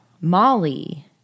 Molly